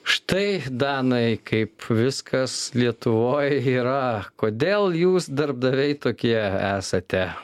štai danai kaip viskas lietuvoj yra kodėl jūs darbdaviai tokie esate